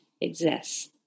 exists